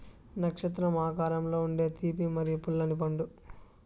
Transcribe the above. నక్షత్రం ఆకారంలో ఉండే తీపి మరియు పుల్లని పండు